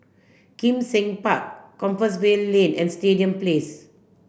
Kim Seng Park Compassvale Lane and Stadium Place